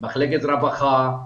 רווחה,